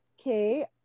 okay